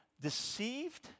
deceived